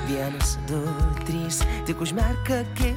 viens du trys tik užmerk akis